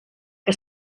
que